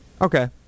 Okay